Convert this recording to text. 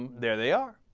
there they are